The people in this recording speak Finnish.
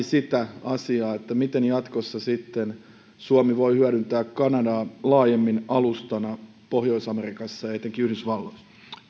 sitä miten sitten jatkossa suomi voi hyödyntää kanadaa laajemmin alustana pohjois amerikassa ja etenkin yhdysvalloissa